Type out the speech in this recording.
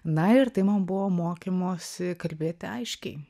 na ir tai man buvo mokymosi kalbėti aiškiai